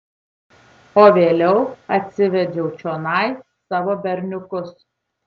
o vėliau atsivedžiau čionai savo berniukus